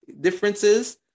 differences